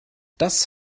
das